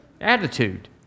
attitude